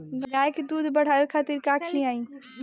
गाय के दूध बढ़ावे खातिर का खियायिं?